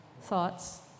thoughts